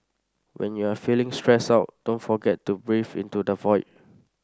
when you are feeling stressed out don't forget to breathe into the void